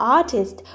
artist